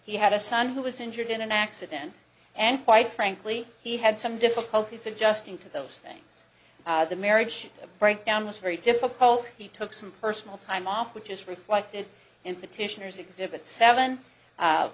he had a son who was injured in an accident and quite frankly he had some difficulties adjusting to those things the marriage breakdown was very difficult he took some personal time off which is required in petitioner's exhibit seven